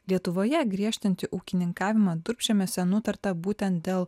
lietuvoje griežtinti ūkininkavimą durpžemiuose nutarta būtent dėl